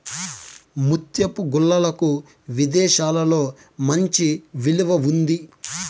ముత్యపు గుల్లలకు విదేశాలలో మంచి విలువ ఉంది